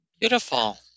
Beautiful